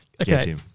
Okay